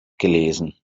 gelesen